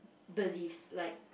beliefs like